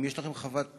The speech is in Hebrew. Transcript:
אם יש לכם חוות דעת,